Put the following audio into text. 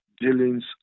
dealings